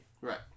Right